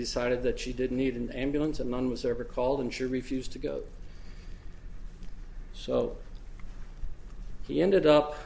decided that she didn't need an ambulance and none was ever called and should refuse to go so he ended up